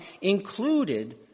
included